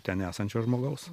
ten esančio žmogaus